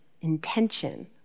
intention